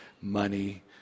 money